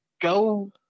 go